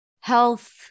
health